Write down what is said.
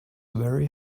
very